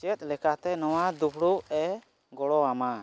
ᱪᱮᱫ ᱞᱮᱠᱟᱛᱮ ᱱᱚᱣᱟ ᱫᱩᱯᱩᱲᱩᱵ ᱮ ᱜᱚᱲᱚᱣᱟᱢᱟ